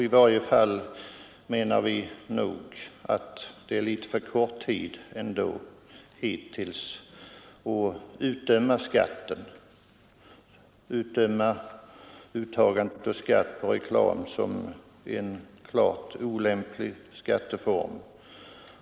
I varje fall menar vi att det ännu är litet för tidigt att döma ut skatt på reklam som en klart olämplig skatteform.